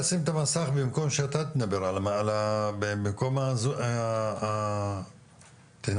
תשע מאות ארבעים וחמש כולל מאה ארבעים ושבע דונם באזור תעשייה,